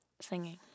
singing